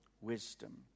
Wisdom